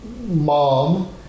mom